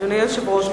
אדוני היושב-ראש,